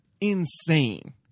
insane